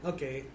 Okay